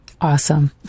Awesome